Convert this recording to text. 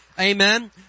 Amen